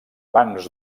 bancs